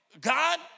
God